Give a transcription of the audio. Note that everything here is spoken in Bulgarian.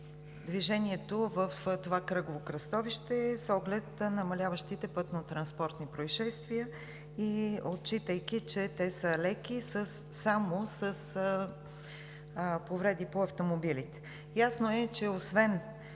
движението в това кръгово кръстовище с оглед намаляващите пътнотранспортни произшествия и отчитайки, че те са леки – само с повреди по автомобилите.